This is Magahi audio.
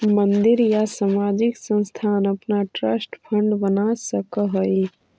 मंदिर या सामाजिक संस्थान अपना ट्रस्ट फंड बना सकऽ हई